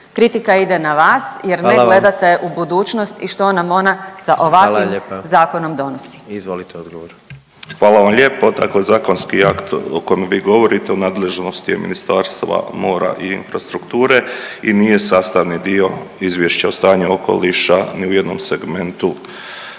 Hvala lijepa. Izvolite odgovor. **Šiljeg, Mario (HDZ)** Hvala vam lijepo. Dakle zakonski akt o kojem vi govorite u nadležnosti je Ministarstva mora i infrastrukture i nije sastavni dio izvješća o stanju okoliša ni u jednom segmentu